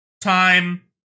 time